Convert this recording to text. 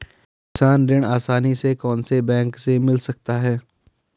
किसान ऋण आसानी से कौनसे बैंक से मिल सकता है?